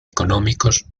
económicos